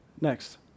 Next